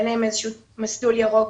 אין להם מסלול ירוק,